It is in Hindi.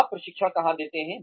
आप प्रशिक्षण कहां देते हैं